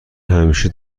همیشه